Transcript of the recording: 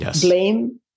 blame